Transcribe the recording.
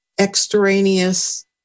extraneous